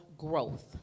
growth